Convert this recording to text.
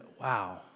wow